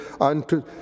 unto